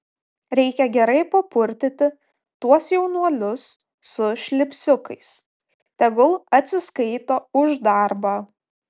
reikia gerai papurtyti tuos jaunuolius su šlipsiukais tegul atsiskaito už darbą